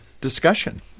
discussion